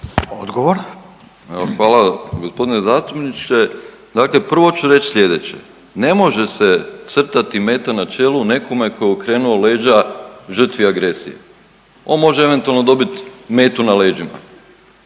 Evo hvala. Gospodine zastupniče, dakle prvo ću reći slijedeće. Ne može se crtati meta na čelu nekome tko je okrenuo leđa žrtvi agresije. On može eventualno dobit metu na leđima,